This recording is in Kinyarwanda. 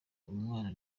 umwana